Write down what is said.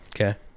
Okay